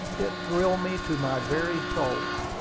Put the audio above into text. it thrilled me to my very soul.